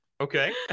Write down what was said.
Okay